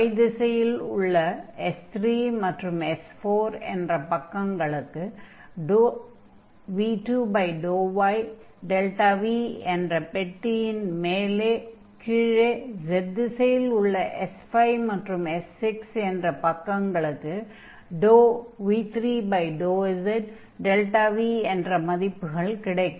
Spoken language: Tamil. y திசையில் உள்ள S3 மற்றும் S4 என்ற பக்கங்களுக்கு v2∂yδV என்றும் பெட்டியின் மேலே கீழே z திசையில் உள்ள S5 மற்றும் S6 என்ற பக்கங்களுக்கு v3∂zδV என்றும் மதிப்புகள் கிடைக்கும்